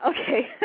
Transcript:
okay